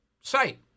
site